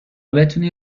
بتونی